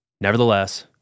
nevertheless